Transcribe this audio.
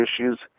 issues